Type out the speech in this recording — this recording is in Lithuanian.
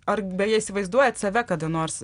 ar beje įsivaizduojat save kada nors